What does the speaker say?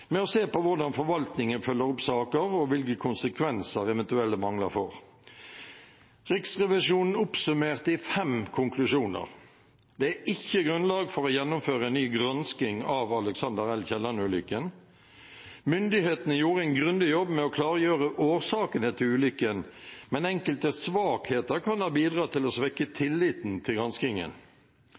med å se på hvordan forvaltningen følger opp saker, og hvilke konsekvenser eventuelle mangler får. Riksrevisjonen oppsummerte i fem konklusjoner: Det er ikke grunnlag for å gjennomføre en ny gransking av Alexander L. Kielland-ulykken. Myndighetene gjorde en grundig jobb med å klargjøre årsakene til ulykken, men enkelte svakheter kan ha bidratt til å svekke tilliten til granskingen.